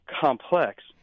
complex